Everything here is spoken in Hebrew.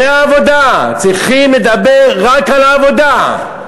זה העבודה, צריכים לדבר רק על עבודה.